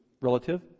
relative